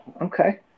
okay